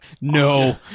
No